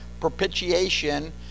propitiation